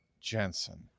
Jensen